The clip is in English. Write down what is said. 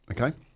Okay